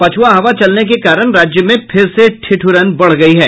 पछ्वा हवा चलने के कारण राज्य में फिर से ठिठ्रन बढ़ गयी है